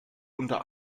unter